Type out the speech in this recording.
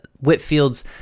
Whitfield's